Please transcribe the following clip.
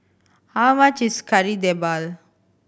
how much is Kari Debal